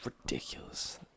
ridiculous